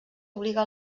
obliga